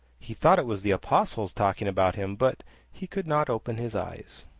he thought it was the apostles talking about him. but he could not open his eyes.